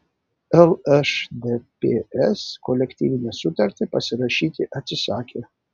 lšdps kolektyvinę sutartį pasirašyti atsisakė